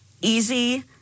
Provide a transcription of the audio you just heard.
easy